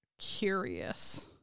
curious